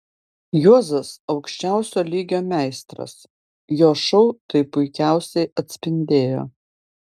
juozas aukščiausio lygio meistras jo šou tai puikiausiai atspindėjo